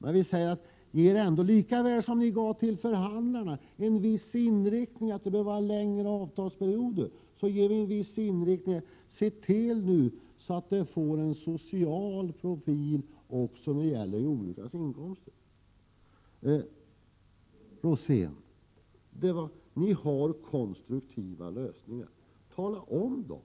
På samma sätt som ni sade till förhandlarna att det bör vara längre avtalsperioder, ger vi er nu en viss inriktning och säger: Se till att det blir en social profil också beträffande jordbrukarnas inkomster! Till Bengt Rosén: Folkpartiet skulle ha konstruktiva lösningar, men tala då om dem!